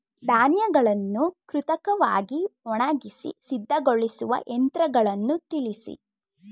ಧಾನ್ಯಗಳನ್ನು ಕೃತಕವಾಗಿ ಒಣಗಿಸಿ ಸಿದ್ದಗೊಳಿಸುವ ಯಂತ್ರಗಳನ್ನು ತಿಳಿಸಿ?